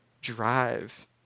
drive